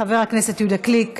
חבר הכנסת יהודה גליק,